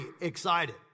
excited